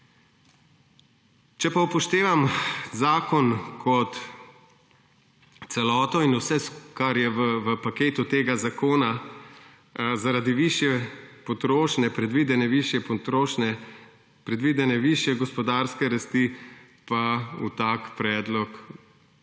Če pa upoštevam zakon kot celoto in vse, kar je v paketu tega zakona zaradi predvidene višje potrošnje, predvidene višje gospodarske rasti, pa na tak predlog pač